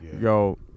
Yo